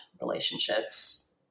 relationships